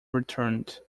returned